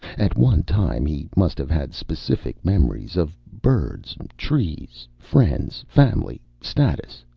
at one time he must have had specific memories of birds, trees, friends, family, status,